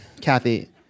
Kathy